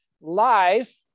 life